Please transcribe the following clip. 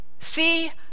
See